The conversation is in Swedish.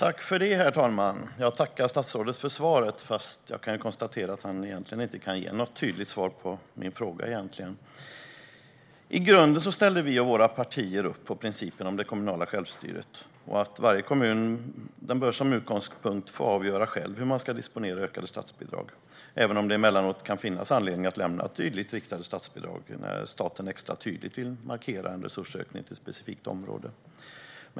Herr talman! Jag tackar statsrådet för svaret, fast jag kan konstatera att han egentligen inte kan ge något tydligt svar på min fråga. I grunden ställer våra partier upp på principen om det kommunala självstyret och att varje kommun som utgångspunkt själv bör få avgöra hur man ska disponera ökade statsbidrag, även om det emellanåt kan finnas anledning att lämna tydligt riktade statsbidrag, när staten extra tydligt vill markera en resursökning till ett specifikt område.